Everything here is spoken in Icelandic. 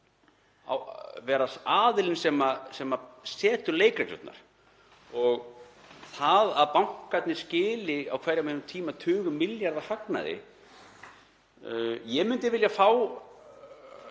að vera aðilinn sem setur leikreglurnar. Það að bankarnir skili á hverjum tíma tugum milljarða í hagnað — ég myndi vilja fá